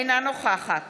אינה נוכחת